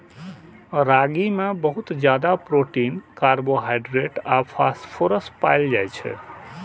रागी मे बहुत ज्यादा प्रोटीन, कार्बोहाइड्रेट आ फास्फोरस पाएल जाइ छै